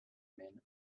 men